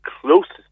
closest